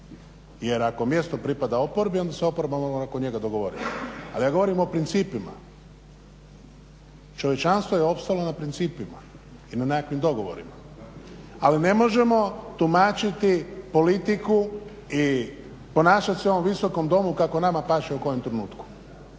jer ako mjesto pripada oporbi onda se oporba …/Govornik se ne razumije./… oko njega dogovoriti. Ali ja govorim o principima, čovječanstvo je opstalo na principima i na nekakvim dogovorima. Ali ne možemo tumačiti politiku i ponašati se u ovom Visokom domu kako nama paše u kojem trenutku.